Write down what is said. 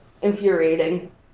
Infuriating